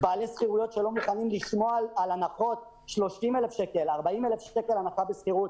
בעלי שכירויות שלא מוכנים לשמוע על הנחות קלות בשכירות.